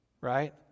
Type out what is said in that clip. Right